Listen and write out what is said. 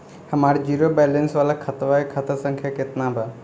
हमार zero balance वाला खतवा के खाता संख्या केतना बा?